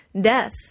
death